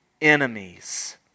enemies